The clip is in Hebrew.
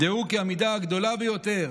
דעו כי המידה הגדולה ביותר